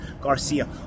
Garcia